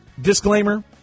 Disclaimer